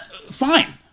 Fine